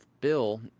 bill